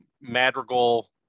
Madrigal